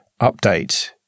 update